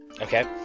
Okay